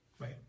right